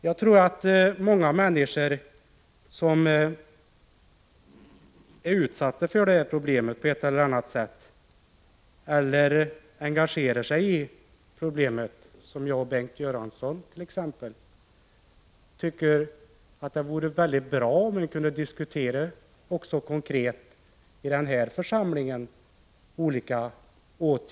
Jag tror att många människor som på ett eller annat sätt berörs av problemet eller engagerar sig, som Bengt Göransson och jagt.ex., tycker att det vore mycket bra, om det ginge att konkret diskutera olika åtgärder också i den här församlingen.